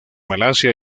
malasia